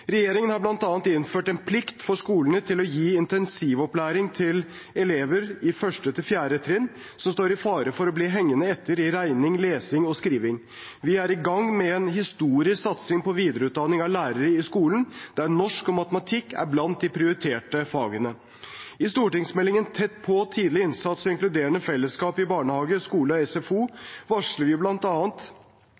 Regjeringen har bl.a. innført en plikt for skolene til å gi intensivopplæring til elever i 1.–4. trinn som står i fare for å bli hengende etter i regning, lesing og skriving. Vi er i gang med en historisk satsing på videreutdanning av lærere i skolen, der norsk og matematikk er blant de prioriterte fagene. I stortingsmeldingen Tett på – tidlig innsats og inkluderende fellesskap i barnehage, skole og SFO